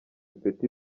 ipeti